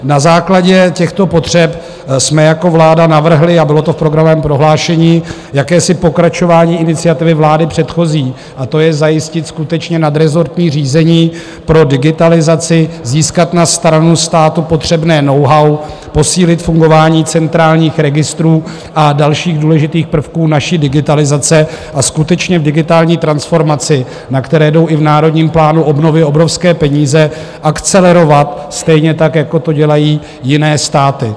Na základě těchto potřeb jsme jako vláda navrhli, a bylo to v programovém prohlášení, jakési pokračování iniciativy vlády předchozí, a to je zajistit skutečně nadrezortní řízení pro digitalizaci, získat na stranu státu potřebné knowhow, posílit fungování centrálních registrů a dalších důležitých prvků naší digitalizace a skutečně digitální transformaci, na které jdou i v Národním plánu obnovy obrovské peníze, akcelerovat, stejně tak jako to dělají jiné státy.